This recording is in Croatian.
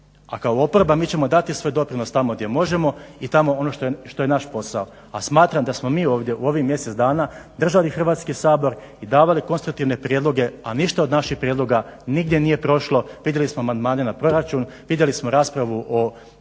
A kao oporba mi ćemo dati svoj doprinos tamo gdje možemo i tamo ono što je naš posao. A smatram da smo mi ovdje u ovih mjesec dana držali Hrvatski sabor i davali konstruktivne prijedloge a ništa od naših prijedloga nigdje nije prošlo. Vidjeli smo amandmane na proračun, vidjeli smo raspravu o